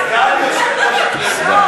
סגן יושב-ראש הכנסת.